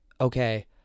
okay